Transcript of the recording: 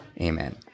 Amen